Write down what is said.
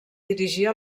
dirigia